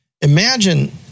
Imagine